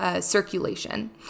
circulation